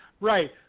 Right